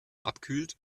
abkühlt